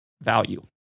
value